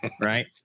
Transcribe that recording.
right